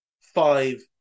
five